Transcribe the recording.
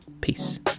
peace